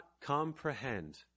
comprehend